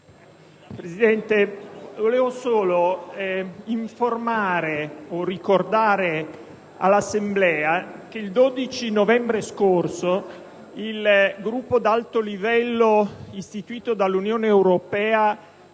Presidente, vorrei solo informare, o ricordare, all'Assemblea che il 12 novembre scorso il Gruppo di alto livello istituito dall'Unione europea